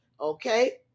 Okay